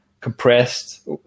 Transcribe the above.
compressed